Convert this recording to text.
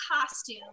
costume